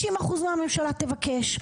60% מהממשלה תבקש,